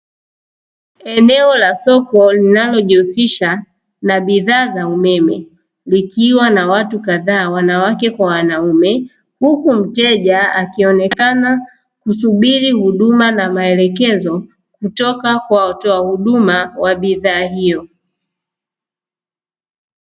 Eneo la soko linalojihusisha na bidhaa za umeme likiwa na watu kadhaa wanawake kwa wanaume, huku mteja akionekana kusubiri huduma na maelekezo kutoka kwa watoa huduma wa bidhaa hiyo.